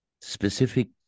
specific